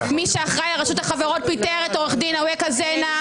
מי שאחראי על רשות החברות פיטר את עורך הדין אווקה זנה,